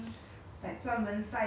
ya like 专门